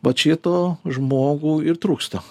vat šito žmogų ir trūksta